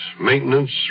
maintenance